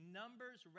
numbers